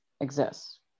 exists